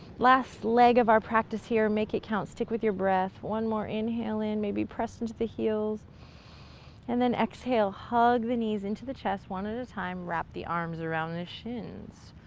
last leg of our practice here. make it count. stick with your breath. one more inhaling, maybe press into the heels and then exhale, hug the knees into the chest one at a time, wrap the arms around the shins,